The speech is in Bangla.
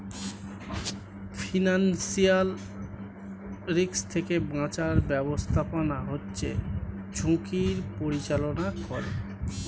ফিনান্সিয়াল রিস্ক থেকে বাঁচার ব্যাবস্থাপনা হচ্ছে ঝুঁকির পরিচালনা করে